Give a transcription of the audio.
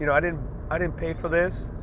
you know i didn't i didn't pay for this.